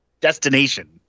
destination